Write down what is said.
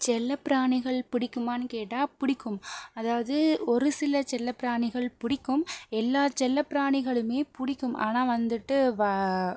செல்ல பிராணிகள் பிடிக்குமானு கேட்டால் பிடிக்கும் அதாவது ஒரு சில செல்ல பிராணிகள் பிடிக்கும் எல்லா செல்ல பிராணிகளுமே பிடிக்கும் ஆனால் வந்துட்டு வ